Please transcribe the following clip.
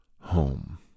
home